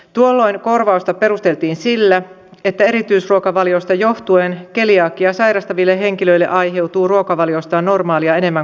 tuolloin korvausta perusteltiin sillä että erityisruokavaliosta johtuen keliakiaa sairastaville henkilöille aiheutuu ruokavaliostaan normaalia enemmän kustannuksia